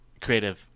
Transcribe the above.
creative